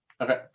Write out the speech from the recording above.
Okay